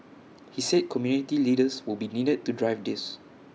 he said community leaders will be needed to drive this